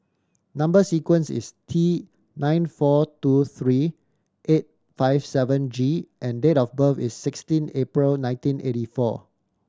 number sequence is T nine four two three eight five seven G and date of birth is sixteen April nineteen eighty four